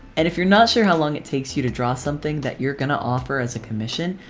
and if you're not sure how long it takes you to draw something that you're gonna offer as a commission,